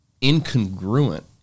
incongruent